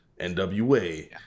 NWA